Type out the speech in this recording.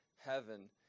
heaven